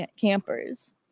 campers